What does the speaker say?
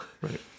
Right